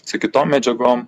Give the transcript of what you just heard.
su kitom medžiagom